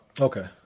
Okay